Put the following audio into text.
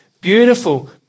beautiful